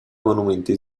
monumenti